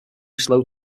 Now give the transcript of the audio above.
slow